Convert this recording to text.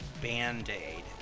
band-aid